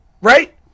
right